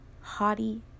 haughty